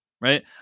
Right